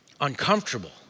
uncomfortable